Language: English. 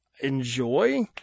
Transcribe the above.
enjoy